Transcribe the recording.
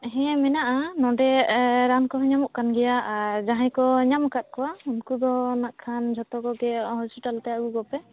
ᱦᱮᱸ ᱢᱮᱱᱟᱜᱼᱟ ᱱᱚᱰᱮ ᱨᱟᱱ ᱠᱚᱦᱚᱸ ᱧᱟᱢᱚᱜ ᱠᱟᱱ ᱜᱮᱭᱟ ᱟᱨ ᱡᱟᱦᱟᱸᱭ ᱠᱚ ᱧᱟᱢ ᱟᱠᱟᱫ ᱠᱚᱣᱟ ᱩᱱᱠᱩ ᱫᱚ ᱱᱟᱜᱠᱷᱟᱱ ᱡᱚᱛᱚ ᱠᱚᱜᱮ ᱦᱳᱥᱯᱤᱴᱟᱞ ᱛᱮ ᱟᱹᱜᱩ ᱠᱚᱯᱮ